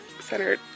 Center